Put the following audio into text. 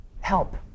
help